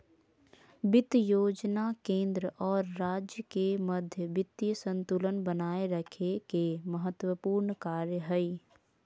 वित्त योजना केंद्र और राज्य के मध्य वित्तीय संतुलन बनाए रखे के महत्त्वपूर्ण कार्य हइ